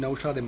Naushad M